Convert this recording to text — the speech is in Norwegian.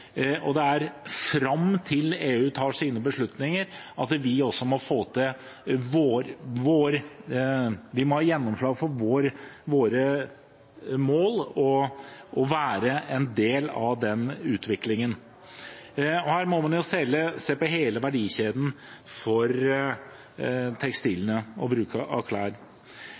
Det er fram til EU tar sine beslutninger at vi også må få gjennomslag for våre mål og være en del av den utviklingen. Her må man jo se på hele verdikjeden for tekstilene og bruken av klær.